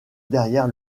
derrière